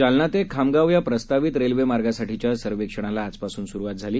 जालना ते खामगाव या प्रस्तावित रेल्वे मार्गासाठीच्या सर्वेक्षणाला आजपास्न सुरुवात झाली